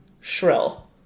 Shrill